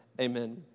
Amen